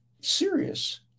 serious